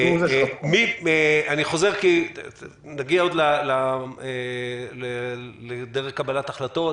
אני חוזר כי תגיע לדרג קבלת ההחלטות.